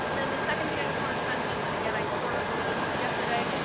and the second thing i just wanted to mention, and again, i sort of alluded to this yesterday,